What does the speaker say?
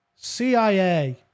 CIA